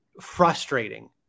frustrating